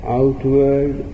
outward